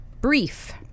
brief